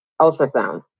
ultrasound